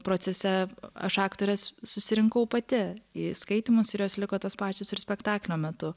procese aš aktores susirinkau pati į skaitymus ir jos liko tos pačios ir spektaklio metu